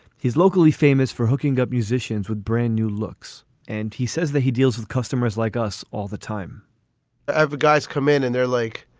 he's locally famous for hooking up musicians with brand new looks. and he says that he deals with customers like us all the time guys come in and they're like,